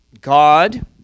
God